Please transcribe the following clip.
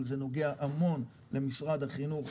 אבל זה נוגע המון למשרד החינוך,